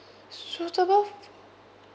suitable for